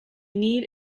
need